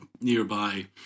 nearby